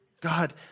God